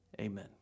amen